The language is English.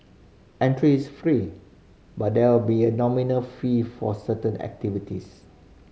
entry is free but there will be a nominal fee for certain activities